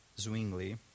Zwingli